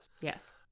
Yes